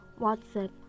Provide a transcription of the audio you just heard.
WhatsApp